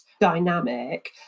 dynamic